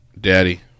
Daddy